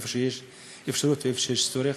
במקום שיש אפשרות ויש צורך.